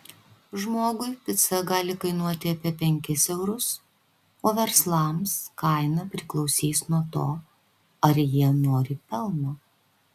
žmogui pica gali kainuoti apie penkis eurus o verslams kaina priklausys nuo to ar nori jie pelno